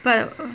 but